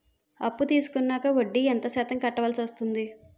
అప్పు తీసుకున్నాక వడ్డీ ఎంత శాతం కట్టవల్సి వస్తుంది?